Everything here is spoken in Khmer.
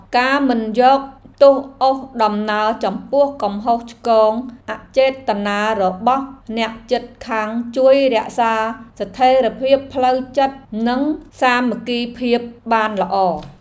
ការមិនយកទោសអូសដំណើរចំពោះកំហុសឆ្គងអចេតនារបស់អ្នកជិតខាងជួយរក្សាស្ថិរភាពផ្លូវចិត្តនិងសាមគ្គីភាពបានល្អ។